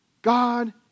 God